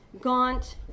gaunt